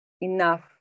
enough